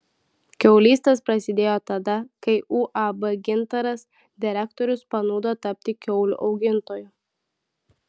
kiaulystės prasidėjo tada kai uab gintaras direktorius panūdo tapti kiaulių augintoju